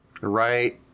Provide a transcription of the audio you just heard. Right